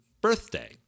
birthday